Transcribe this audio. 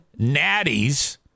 natties